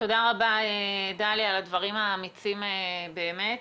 תודה רבה, דליה, על הדברים האמיצים באמת.